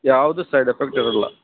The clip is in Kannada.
ಯಾವ್ದೂ ಸೈಡ್ ಎಫೆಕ್ಟ್ ಇರೋಲ್ಲ